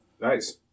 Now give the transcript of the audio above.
Nice